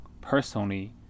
personally